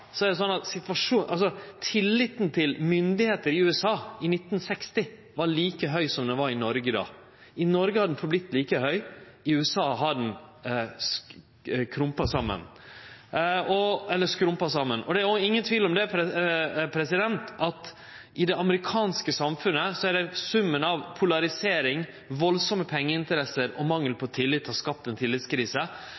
tilliten til myndigheitene like høg som den var i Noreg. I Noreg har denne tilliten halde seg like høg, men i USA har han skrumpa inn. Det er ingen tvil om at i det amerikanske samfunnet har summen av polarisering, kolossale pengeinteresser og mangel på